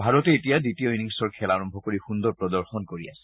ভাৰতে এতিয়া দ্বিতীয় ইনিংছৰ খেল আৰম্ভ কৰি সুন্দৰ প্ৰদৰ্শন কৰি আছে